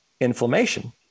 inflammation